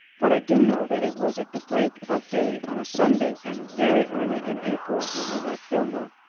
but i do know that it was at the break of day on a sunday and very early in april when we left vilna.